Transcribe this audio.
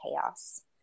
chaos